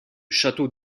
château